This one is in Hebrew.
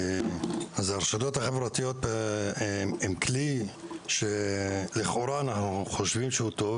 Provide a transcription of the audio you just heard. אז הרשתות החברתיות הם כלי שלכאורה אנחנו חושבים שהוא טוב